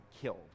killed